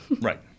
Right